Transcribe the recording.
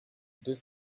deux